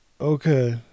Okay